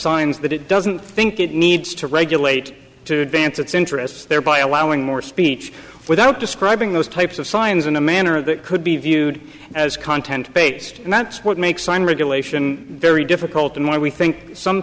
signs that it doesn't think it needs to regulate to advance its interests thereby allowing more speech without describing those types of signs in a manner that could be viewed as content based and that's what makes sign regulation very difficult and why we think some